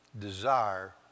desire